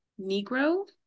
Negro